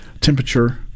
temperature